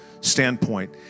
standpoint